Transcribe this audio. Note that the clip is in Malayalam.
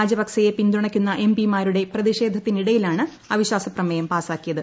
രാജപക്സെയെ പിന്തുണയ്ക്കുന്ന എം പിമാരുടെ പ്രതിഷേധത്തിനിടയിലാണ് അവിശ്വാസ പ്രമേയം പാസാക്കിയത്